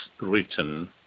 written